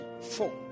four